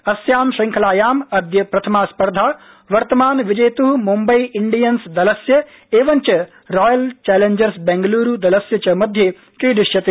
अस्यां श्रृंखलायाम् अद्य प्रथमा स्पर्धा वर्तमान विजेतः मुम्बई इण्डियन्सदलस्य एवञ्च रॉयल चैलेंजर्सबैंगलौरदलस्य च मध्ये क्रीडिष्यते